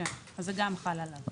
זה גם חל עליו.